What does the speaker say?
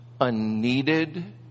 unneeded